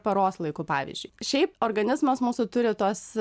paros laiku pavyzdžiui šiaip organizmas mūsų turi tuos